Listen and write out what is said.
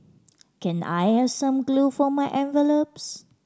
can I have some glue for my envelopes